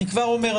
אני כבר אומר,